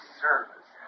service